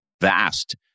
vast